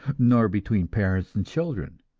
nor between parents and children.